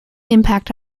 impact